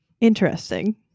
Interesting